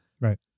Right